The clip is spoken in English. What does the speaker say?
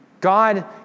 God